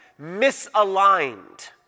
misaligned